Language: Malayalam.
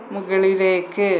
മുകളിലേക്ക്